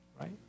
right